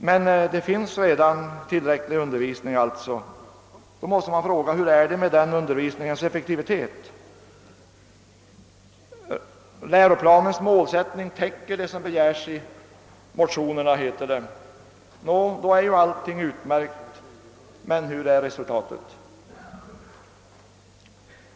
Men undervisningen är alltså redan tillräcklig. Då måste man fråga: Hur är det med undervisningens effektivitet? Läroplanens målsättning täcker kraven i motionerna, heter det. Nå, då är ju allting utmärkt. Men hurudant är resultatet?